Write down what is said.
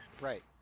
Right